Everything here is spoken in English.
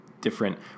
different